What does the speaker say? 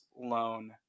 loan